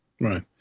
right